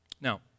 Now